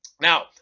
Now